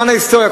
למען ההיסטוריה,